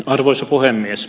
arvoisa puhemies